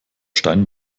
stein